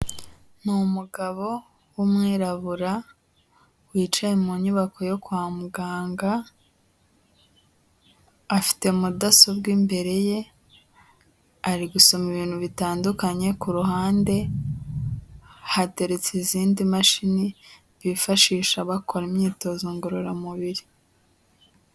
Ni umugabo w'umwirabura wicaye mu nyubako yo kwa muganga, afite mudasobwa imbere ye, ari gusoma ibintu bitandukanye, ku ruhande hateretse izindi mashini bifashisha bakora imyitozo ngororamubiri.